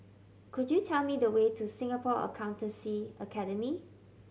could you tell me the way to Singapore Accountancy Academy